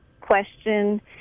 question